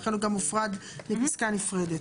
לכן הוא גם הופרד מפסקה נפרדת.